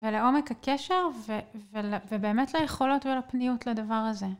ולעומק הקשר, ו-ול-ובאמת ליכולות ולפניות לדבר הזה.